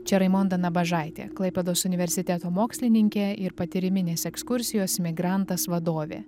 čia raimonda nabažaitė klaipėdos universiteto mokslininkė ir patyriminės ekskursijos migrantas vadovė